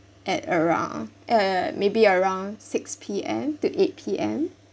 at around uh maybe around six P_M to eight P_M